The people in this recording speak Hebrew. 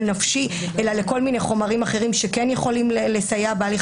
נפשי אלא לכל מיני חומרים אחרים שיכולים לסייע בהליך